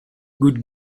good